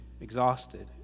exhausted